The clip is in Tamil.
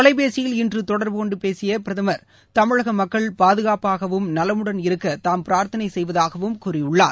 தொலைபேசியில் இன்று தொடர்புகொண்ட பேசிய பிரதமர் தமிழக மக்கள் பாதுகா்பபாகவும் நலமுடன் இருக்க தாம் பிரார்த்தனை செய்வதாகவும் கூறியுள்ளார்